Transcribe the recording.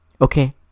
Okay